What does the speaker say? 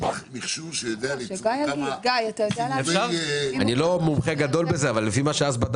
אשמח להעביר לך.